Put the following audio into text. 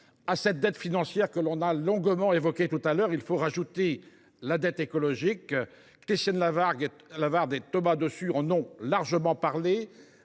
À cette dette financière que nous avons longuement évoquée, il faut ajouter la dette écologique. Christine Lavarde et Thomas Dossus en ont largement parlé,